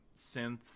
synth